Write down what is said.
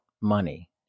money